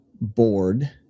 board